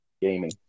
gaming